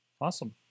Awesome